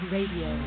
Radio